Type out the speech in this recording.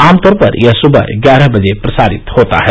आमतौर पर यह सुबह ग्यारह बजे प्रसारित होता है